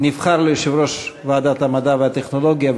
נבחר ליושב-ראש ועדת המדע והטכנולוגיה,